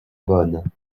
bonne